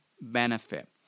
benefit